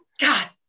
God